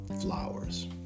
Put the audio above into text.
Flowers